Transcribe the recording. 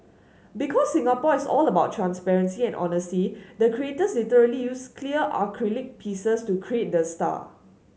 because Singapore is all about transparency and honesty the creators literally used clear acrylic pieces to create the star